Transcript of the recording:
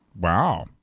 Wow